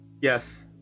Yes